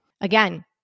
Again